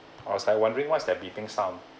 I was like wondering what's that beeping sound